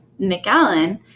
McAllen